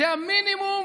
זה המינימום,